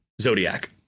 Zodiac